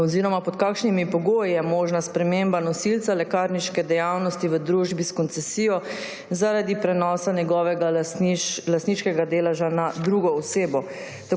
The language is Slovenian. oziroma pod kakšnimi pogoji je možna sprememba nosilca lekarniške dejavnosti v družbi s koncesijo zaradi prenosa njegovega lastniškega deleža na drugo osebo.